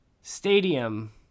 stadium